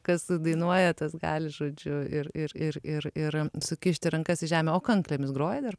kas dainuoja tas gali žodžiu ir ir ir ir ir sukišti rankas į žemę o kanklėmis groji dar